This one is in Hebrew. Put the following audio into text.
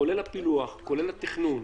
כולל הפילוח, כולל התכנון,